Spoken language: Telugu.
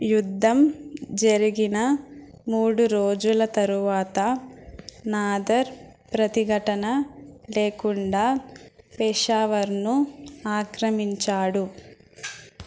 యుద్ధం జరిగిన మూడు రోజుల తరువాత నాదర్ ప్రతిఘటన లేకుండా పెషావర్ను ఆక్రమించాడు